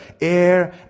air